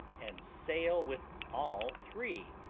and sail with all three,